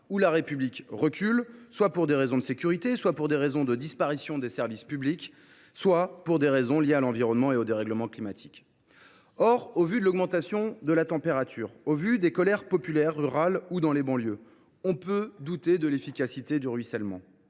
où la République recule, pour des raisons liées soit à la sécurité, soit à la disparition des services publics, soit à l’environnement et au dérèglement climatique. Or, au vu de l’augmentation des températures et au vu des colères populaires rurales ou dans les banlieues, on peut douter de l’efficacité du ruissellement.